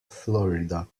florida